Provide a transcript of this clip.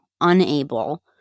unable